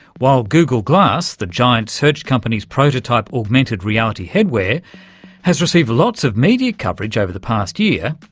while google glass the giant search company's prototype augmented reality headwear has received lots of media coverage over the past year,